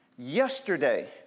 Yesterday